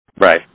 Right